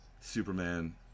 Superman